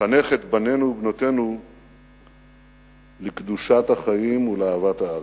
נחנך את בנינו ובנותינו לקדושת החיים ולאהבת הארץ,